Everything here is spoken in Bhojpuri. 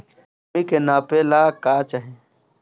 भूमि के नापेला का चाही?